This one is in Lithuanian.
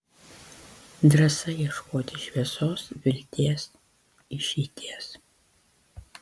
drąsa ieškoti šviesos vilties išeities